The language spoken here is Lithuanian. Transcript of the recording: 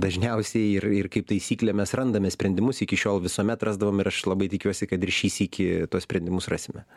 dažniausiai ir ir kaip taisyklė mes randame sprendimus iki šiol visuomet rasdavom ir aš labai tikiuosi kad ir šį sykį tuos sprendimus rasime